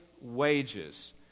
wages